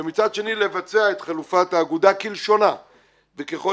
ומצד שני לבצע את חלופת האגודה כלשונה וככל